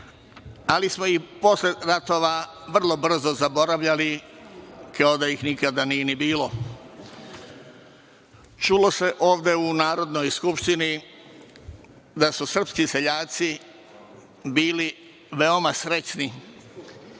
ali smo i posle ratova vrlo brzo zaboravljali kao da ih nikada nije ni bilo. Čulo se ovde u Narodnoj skupštini da su srpski seljaci bili veoma srećni